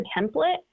template